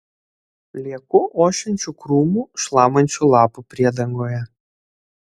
lieku ošiančių krūmų šlamančių lapų priedangoje